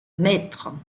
mètres